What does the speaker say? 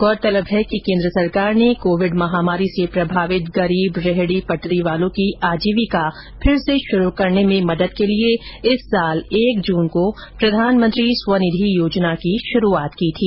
गौरतलब है कि केन्द्र सरकार ने कोविड महामारी से प्रभावित गरीब रेहडी पटरीवालों की आजीविका फिर से शुरू करने में मदद के लिए इस साल एक जून को प्रधानमंत्री स्वनिधि योजना की शुरूआत की थी